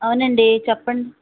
అవునండి చెప్పండి